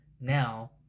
now